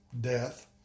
death